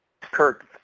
Kirk